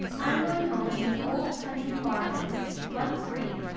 i'm going home to an old country farmhouse, once green,